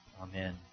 Amen